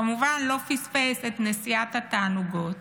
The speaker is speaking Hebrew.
כמובן, לא פספס את נסיעת התענוגות,